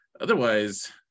otherwise